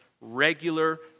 regular